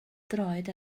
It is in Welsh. droed